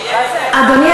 אדוני,